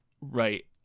Right